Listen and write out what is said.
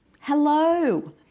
Hello